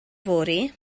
fory